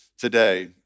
today